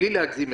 בלי להגזים.